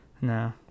no